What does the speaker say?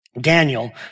Daniel